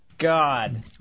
God